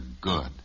good